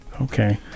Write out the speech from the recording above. Okay